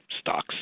stocks